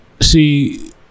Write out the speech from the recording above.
see